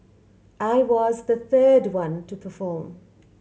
I was the third one to perform